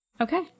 Okay